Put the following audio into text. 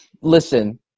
listen